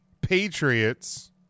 Patriots